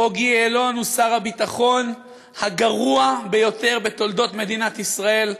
בוגי יעלון שר הביטחון הגרוע ביותר בתולדות מדינת ישראל,